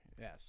Yes